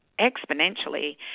exponentially